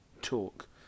talk